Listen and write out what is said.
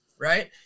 right